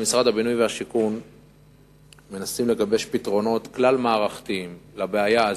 במשרד הבינוי והשיכון מנסים לגבש פתרונות כלל-מערכתיים לבעיה הזאת.